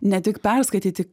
ne tik perskaityti